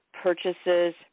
purchases